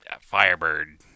Firebird